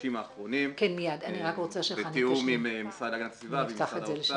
בחודשים האחרונים בתיאום עם המשרד להגנת הסביבה ומשרד האוצר,